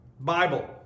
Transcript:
Bible